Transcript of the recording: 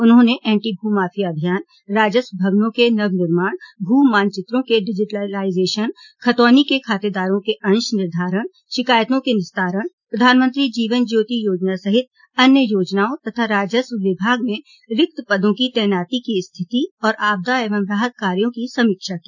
उन्होंने एंटी भू माफिया अभियान राजस्व भवनों के नवनिर्माण भू मानचित्रों के डिजिटिलाइजेशन खतौनी के खातेदारों के अंश निर्धारण शिकायतों के निस्तारण प्रधानमंत्री जीवन ज्योति योजना सहित अन्य योजनाओं तथा राजस्व विभाग में रिक्त पदों की तैनाती की स्थिति और आपदा एवं राहत कार्यो की समीक्षा की